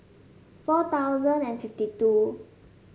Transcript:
four thousand and fifty two